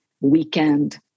weekend